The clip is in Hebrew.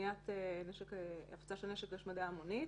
למקום אחר זה אם הוא נחמד.